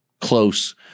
close